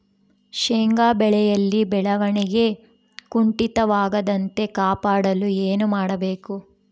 ಶೇಂಗಾ ಬೆಳೆಯಲ್ಲಿ ಬೆಳವಣಿಗೆ ಕುಂಠಿತವಾಗದಂತೆ ಕಾಪಾಡಲು ಏನು ಮಾಡಬೇಕು?